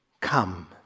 come